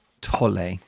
Tolle